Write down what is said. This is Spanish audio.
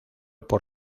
por